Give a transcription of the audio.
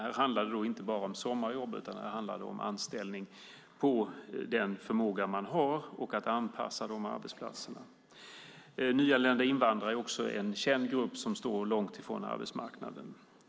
Här handlar det inte bara om sommarjobb utan också om anställning utifrån den förmåga man har och om att anpassa de arbetsplatserna. Nyanlända invandrare är också en känd grupp som står långt ifrån arbetsmarknaden.